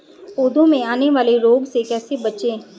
पौधों में आने वाले रोग से कैसे बचें?